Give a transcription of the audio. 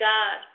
God